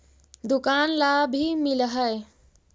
दुकान ला भी मिलहै?